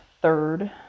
third